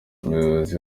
umuyobozi